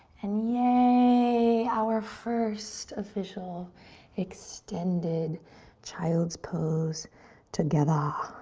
and yay, our first official extended child's pose together.